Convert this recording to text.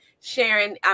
Sharon